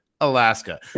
Alaska